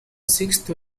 sixth